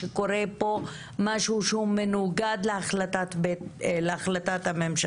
שקורה פה משהו שהוא מנוגד להחלטת הממשלה,